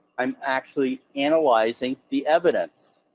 i'm actually analyzing the evidence.